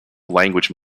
language